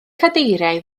cadeiriau